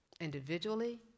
individually